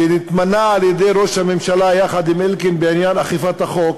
שנתמנה על-ידי ראש הממשלה יחד עם אלקין בעניין אכיפת החוק,